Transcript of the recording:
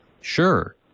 sure